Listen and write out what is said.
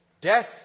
death